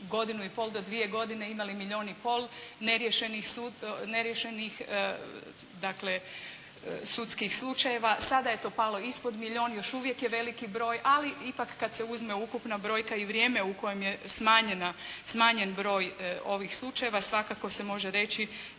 godinu i pol do dvije godine imali milijun i pol neriješenih sudskih slučajeva. Sada je to palo ispod milijun, još uvijek je veliki broj, ali ipak kad se uzme ukupna brojka i vrijeme u kojem je smanjen broj ovih slučajeva svakako se može reći